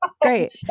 Great